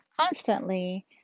constantly